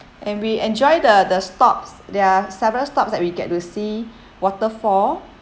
and we enjoy the the stops there are several stops that we get to see waterfall